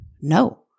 No